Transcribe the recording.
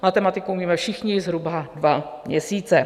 Matematiku umíme všichni zhruba dva měsíce.